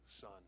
son